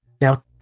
Now